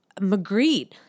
Magritte